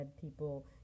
people